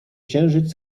księżyc